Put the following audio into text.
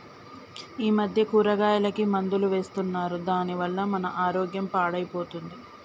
ఈ మధ్య కూరగాయలకి మందులు వేస్తున్నారు దాని వల్ల మన ఆరోగ్యం పాడైపోతుంది